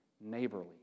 neighborly